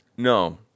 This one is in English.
no